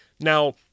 Now